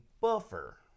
buffer